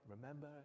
remember